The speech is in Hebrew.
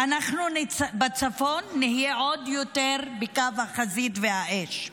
אנחנו בצפון נהיה עוד יותר בקו החזית והאש.